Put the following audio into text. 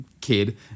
kid